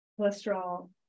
cholesterol